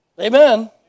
Amen